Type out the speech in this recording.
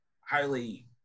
highly